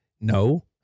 no